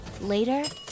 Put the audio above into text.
Later